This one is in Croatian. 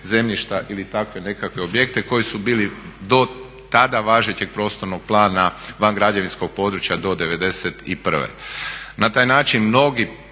ili takve neke objekte koji su bili do tada važećeg prostornog plana van građevinskog područja do 91. Na taj način mnogi